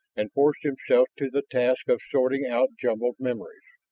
and forced himself to the task of sorting out jumbled memories.